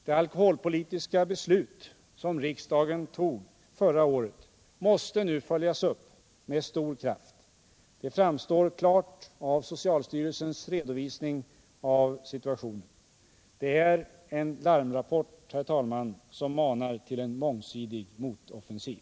Det alkoholpolitiska beslut som riksdagen tog förra året måste nu följas upp med stor kraft. Det framgår klart av socialstyrelsens redovisning av situationen. Det är en larmrapport som manar till en mångsidig motoffensiv.